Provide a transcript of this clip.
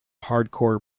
hardcore